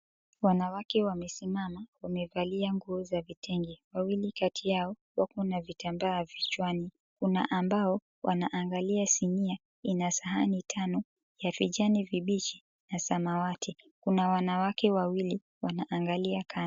Wanawake wamesimama wamevalia nguo za vitenge. Wawili kati yao wako na vitambaa kichwani. Kuna ambao wanaangalia sinia ina sahani tano ya vijani vibichi na samawati, kuna wanawake wawili wanaangalia kando.